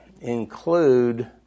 include